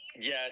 Yes